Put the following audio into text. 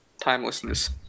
timelessness